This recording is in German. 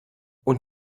und